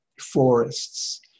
forests